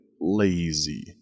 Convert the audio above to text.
lazy